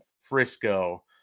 Frisco